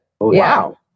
Wow